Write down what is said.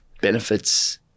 benefits